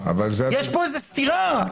יש פה איזה סתירה.